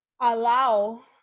allow